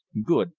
good,